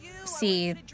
see